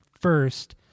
first